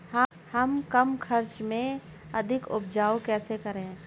हम कम खर्च में अधिक उपज कैसे करें?